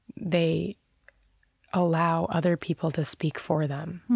they allow other people to speak for them.